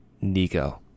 Nico